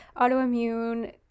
autoimmune